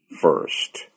first